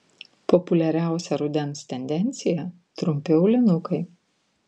populiariausia rudens tendencija trumpi aulinukai